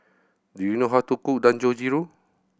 do you know how to cook Dangojiru